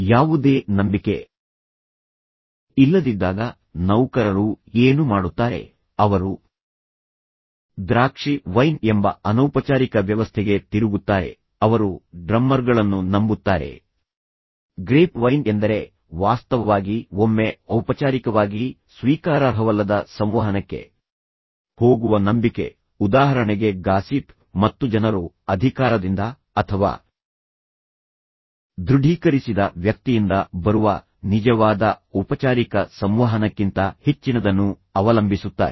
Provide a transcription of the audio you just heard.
ಯಾವುದೇ ನಂಬಿಕೆ ಇಲ್ಲದಿದ್ದಾಗ ನೌಕರರು ಏನು ಮಾಡುತ್ತಾರೆ ಅವರು ದ್ರಾಕ್ಷಿ ವೈನ್ ಎಂಬ ಅನೌಪಚಾರಿಕ ವ್ಯವಸ್ಥೆಗೆ ತಿರುಗುತ್ತಾರೆ ಅವರು ಡ್ರಮ್ಮರ್ಗಳನ್ನು ನಂಬುತ್ತಾರೆ ಗ್ರೇಪ್ ವೈನ್ ಎಂದರೆ ವಾಸ್ತವವಾಗಿ ಒಮ್ಮೆ ಔಪಚಾರಿಕವಾಗಿ ಸ್ವೀಕಾರಾರ್ಹವಲ್ಲದ ಸಂವಹನಕ್ಕೆ ಹೋಗುವ ನಂಬಿಕೆ ಉದಾಹರಣೆಗೆ ಗಾಸಿಪ್ ಮತ್ತು ಜನರು ಅಧಿಕಾರದಿಂದ ಅಥವಾ ದೃಢೀಕರಿಸಿದ ವ್ಯಕ್ತಿಯಿಂದ ಬರುವ ನಿಜವಾದ ಔಪಚಾರಿಕ ಸಂವಹನಕ್ಕಿಂತ ಹೆಚ್ಚಿನದನ್ನು ಅವಲಂಬಿಸುತ್ತಾರೆ